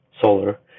solar